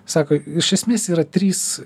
sako iš esmės yra trys